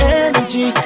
energy